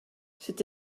c’est